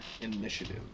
initiative